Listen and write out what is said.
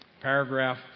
Paragraph